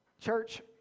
Church